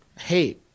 hey